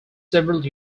several